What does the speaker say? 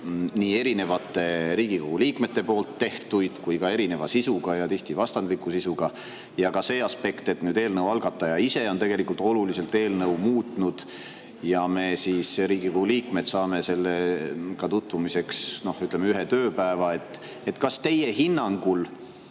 nii erinevate Riigikogu liikmete poolt tehtuid kui ka erineva sisuga ja tihti vastandliku sisuga. Ja ka see aspekt, et eelnõu algataja on tegelikult oluliselt eelnõu muutnud ja meie, Riigikogu liikmed, saame sellega tutvumiseks, ütleme, ühe tööpäeva. Kas teie hinnangul